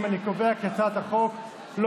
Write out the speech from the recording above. ימינה היום הצביעה בעד זכות שיבה לפלסטינים